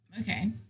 okay